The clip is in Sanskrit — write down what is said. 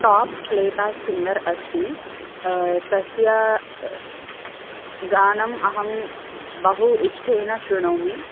टोप् प्ले ब्याक् सिङ्गर् अस्ति तस्य गानम् अहं बहु इष्ठेन शृणोमि